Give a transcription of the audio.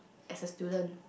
as a student